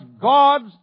God's